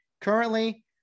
currently